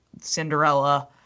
Cinderella